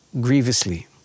grievously